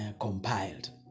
compiled